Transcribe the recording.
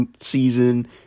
season